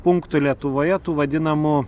punktų lietuvoje tų vadinamų